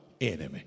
Enemy